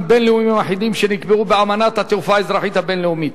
בין-לאומיים אחידים שנקבעו באמנת התעופה האזרחית הבין-לאומית,